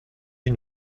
une